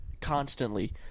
constantly